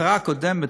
השרה הקודמת,